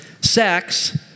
Sex